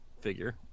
figure